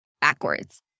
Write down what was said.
backwards